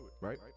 right